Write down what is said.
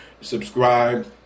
subscribe